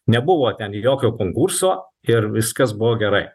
nebuvo ten jokio konkurso ir viskas buvo gerai